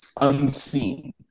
unseen